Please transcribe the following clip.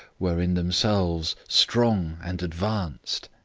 were in themselves strong and advanced.